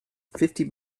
fifty